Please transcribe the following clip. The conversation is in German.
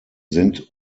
sind